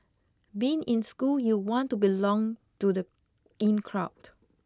being in school you want to belong to the in crowd